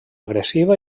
agressiva